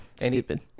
stupid